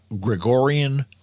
Gregorian